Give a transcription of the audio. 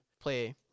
play